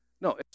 No